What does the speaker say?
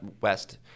west